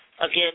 Again